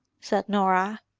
said norah.